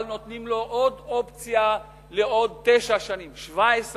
אבל נותנים לו עוד אופציה לעוד תשע שנים, 17 שנים,